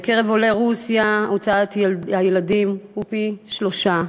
בקרב עולי רוסיה הוצאת הילדים היא פי-שלושה,